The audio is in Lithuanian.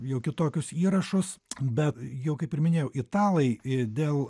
jau kitokius įrašus bet jau kaip ir minėjau italai dėl